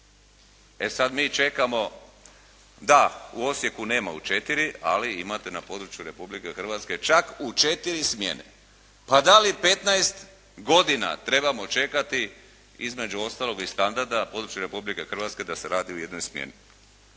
E sad mi čekamo da u Osijeku nema u četiri, ali imate na području Republike Hrvatske čak u četiri smjene. Pa da li 15 godina trebamo čekati, između ostalog i standarda na području Republike Hrvatske da se radi u jednoj smjeni.